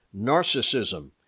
narcissism